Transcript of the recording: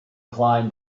climbed